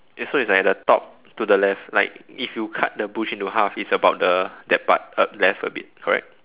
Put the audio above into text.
so it's like at the top to the left like if you cut the bush into half it's about the that part uh left a bit correct